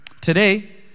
Today